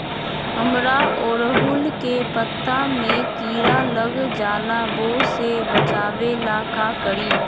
हमरा ओरहुल के पत्ता में किरा लग जाला वो से बचाबे ला का करी?